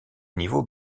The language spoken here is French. niveau